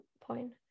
point